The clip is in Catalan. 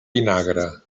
vinagre